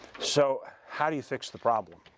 so how do you fix the problem?